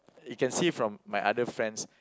you can see from my other friends